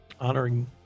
honoring